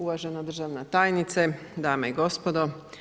Uvažena državna tajnice, dame i gospodo.